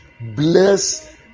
Bless